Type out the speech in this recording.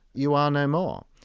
you are no more.